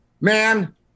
man